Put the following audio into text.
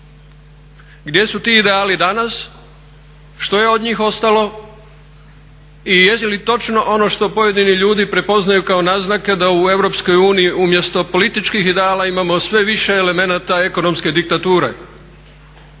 Gdje su ti ideali danas, što je od njih ostalo i je li točno ono što pojedini ljudi prepoznaju kao naznake da u EU umjesto političkih ideala imamo sve više elemenata ekonomske diktature